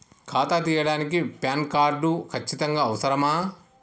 ఖాతా తీయడానికి PAN card ఖచ్చితంగా అవసరమా?